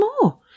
more